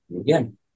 again